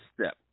step